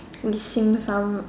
listening some